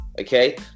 okay